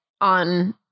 on